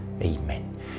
Amen